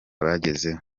bagezeho